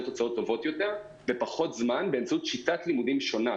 תוצאות טובות יותר בפחות זמן באמצעות שיטת לימודים שונה.